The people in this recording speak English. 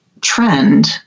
trend